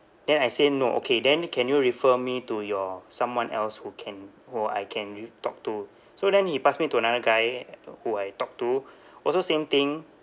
then I say no okay then can you refer me to your someone else who can who I can you talk to so then he pass me to another guy who I talk to also same thing